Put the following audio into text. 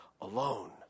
alone